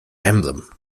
emblem